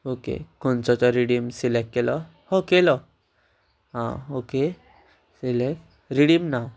okay खंयचो तो redeem select केलो हय केलो आं ओके सिलेक्ट रिडीम नाव